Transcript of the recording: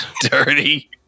dirty